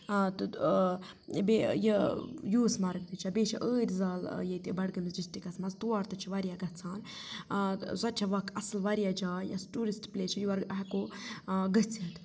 تہٕ بیٚیہِ یہِ یوٗس مَرٕگ تہِ چھےٚ بیٚیہِ چھِ عٲدۍ زال ییٚتہِ بَڈگٲمِس ڈِسٹِکَس منٛز تور تہِ چھِ واریاہ گژھان سۄ تہِ چھےٚ وَکھ اَصٕل واریاہ جاے یَس ٹیوٗرِسٹ پٕلیس چھِ یور ہٮ۪کو گٔژھِتھ